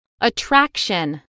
Attraction